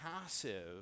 passive